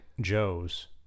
Joe's